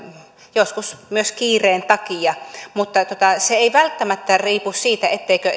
joskus myös kiireen takia mutta se ei välttämättä riipu siitä etteikö